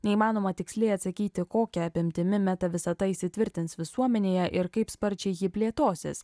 neįmanoma tiksliai atsakyti kokia apimtimi meta visata įsitvirtins visuomenėje ir kaip sparčiai ji plėtosis